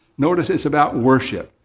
notice it's about worship.